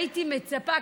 הייתי מצפה,